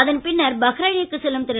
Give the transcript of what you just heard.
அதன் பின்னர் பக்ரைனுக்கு செல்லும் திரு